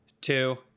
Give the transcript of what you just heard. two